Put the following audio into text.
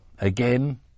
again